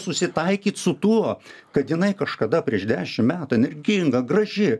susitaikyt su tuo kad jinai kažkada prieš dešimt metų energinga graži